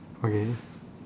okay